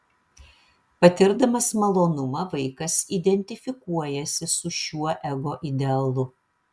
patirdamas malonumą vaikas identifikuojasi su šiuo ego idealu